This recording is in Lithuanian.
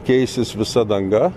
keisis visa danga